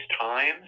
times